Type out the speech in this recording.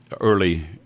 early